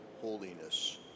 holiness